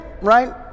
right